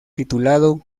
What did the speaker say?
titulado